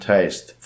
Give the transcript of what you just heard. Taste